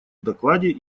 докладе